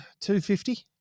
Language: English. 250